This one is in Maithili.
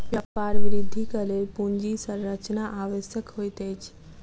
व्यापार वृद्धिक लेल पूंजी संरचना आवश्यक होइत अछि